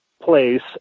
place